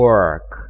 Work